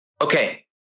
Okay